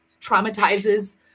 traumatizes